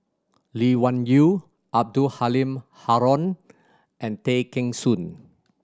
Lee Wung Yew Abdul Halim Haron and Tay Kheng Soon